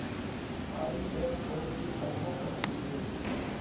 ISO की स्थापना कब हुई थी?